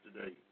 today